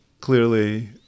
clearly